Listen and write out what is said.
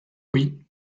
oui